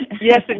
yes